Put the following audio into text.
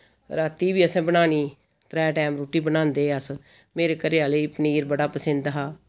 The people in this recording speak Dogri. राती बी असैं बनानी त्रै टैम रुट्टी बनांदे अस मेरे घरे आह्ले गी पनीर बड़ा पसिंद हा